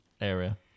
area